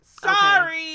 Sorry